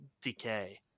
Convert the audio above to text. decay